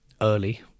early